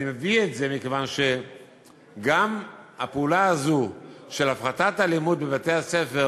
אני מביא את זה מכיוון שגם הפעולה הזו של הפחתת אלימות בבתי-הספר